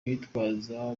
abitwaza